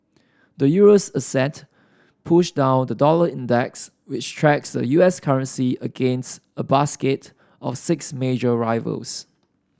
the Euro's ascent pushed down the dollar index which tracks the U S currency against a basket of six major rivals